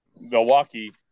Milwaukee